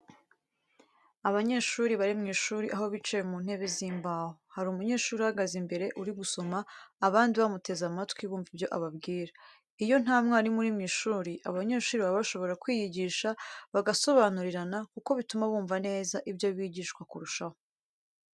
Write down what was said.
Abanyeshuri benshi bari mu ishuri aho bicaye mu ntebe z'imbaho. Hari umunyeshuri uhagaze imbere uri gusoma abandi bamuteze amatwi bumva ibyo ababwira. Iyo nta mwarimu uri mu ishuri, abanyeshuri baba bashobora kwiyigisha bagasobanurirana kuko bituma bumva neza ibyo bigishwa kurushaho.